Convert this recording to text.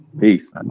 Peace